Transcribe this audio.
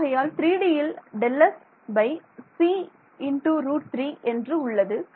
ஆகையால் 3Dயில் Δsc√3 என்று உள்ளது